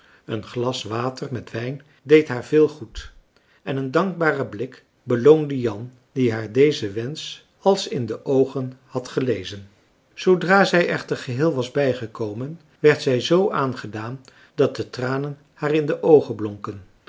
een glas water met wijn deed haar veel goed en een dankbare blik beloonde jan die haar dezen wensch als in de oogen had gelezen zoodra zij echter geheel was bijgekomen werd zij zoo aangedaan dat de tranen haar in de oogen blonken